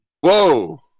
Whoa